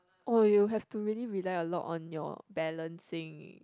oh you have to really rely a lot on your balancing